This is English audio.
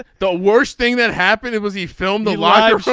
the worst thing that happened it was he filmed the larger so